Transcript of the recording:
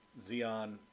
Xeon